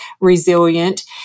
resilient